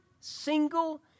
single